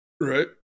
Right